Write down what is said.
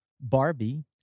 Barbie